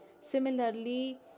similarly